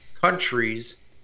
countries